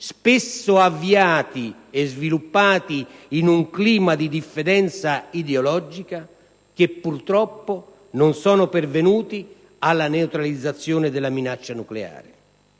spesso avviati e sviluppati in un clima di diffidenza ideologica che purtroppo non sono pervenuti alla neutralizzazione della minaccia nucleare;